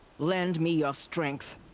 lend me your strength.